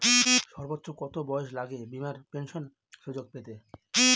সর্বোচ্চ কত বয়স লাগে বীমার পেনশন সুযোগ পেতে?